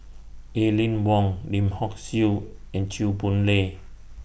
Aline Wong Lim Hock Siew and Chew Boon Lay